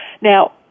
Now